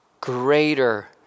greater